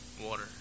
water